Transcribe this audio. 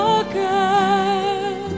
again